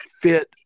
fit